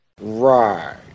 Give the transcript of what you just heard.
Right